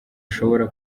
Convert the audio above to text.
ashobora